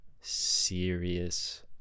serious